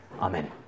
Amen